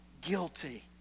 guilty